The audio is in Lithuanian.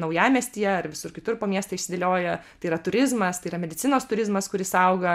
naujamiestyje ar visur kitur po miestą išsidėlioja tai yra turizmas tai yra medicinos turizmas kuris auga